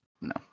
no